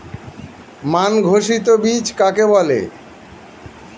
মান ঘোষিত বীজ কাকে বলে?